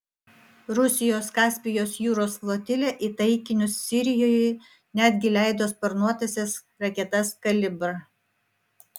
rusijos kaspijos jūros flotilė į taikinius sirijoje netgi leido sparnuotąsias raketas kalibr